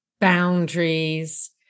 boundaries